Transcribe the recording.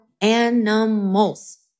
animals